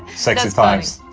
sexy times,